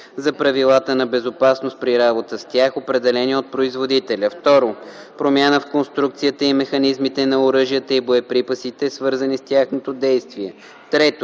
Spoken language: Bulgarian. за правилата на безопасност при работа с тях, определени от производителя; 2. промяна в конструкцията и механизмите на оръжията и боеприпасите, свързани с тяхното действие; 3.